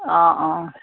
অঁ অঁ